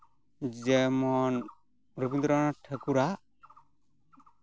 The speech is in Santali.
ᱡᱮᱢᱚᱱ ᱨᱚᱵᱤᱱᱫᱨᱚᱱᱟᱛᱷ ᱴᱷᱟᱠᱩᱨᱟᱜ